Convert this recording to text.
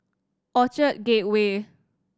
Orchard Gateway